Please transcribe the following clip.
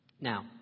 Now